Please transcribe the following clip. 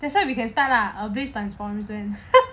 that's why we can start lah err base times four equal ten